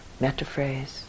metaphrase